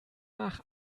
nach